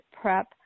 prep